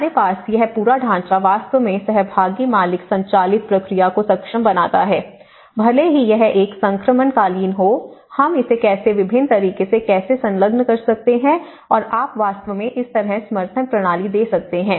हमारे पास यह पूरा ढांचा वास्तव में सहभागी मालिक संचालित प्रक्रिया को सक्षम बनाता है भले ही यह एक संक्रमणकालीन हो हम इसे कैसे विभिन्न तरीके से कैसे संलग्न कर सकते हैं और आप वास्तव में इस तरह समर्थन प्रणाली दे सकते हैं